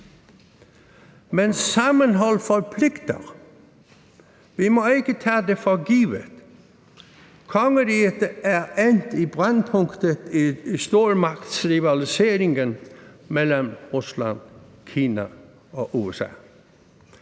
Men sammenhold forpligter. Vi må ikke tage det for givet. Kongeriget er endt i brændpunktet i stormagtsrivaliseringen mellem Rusland, Kina og USA.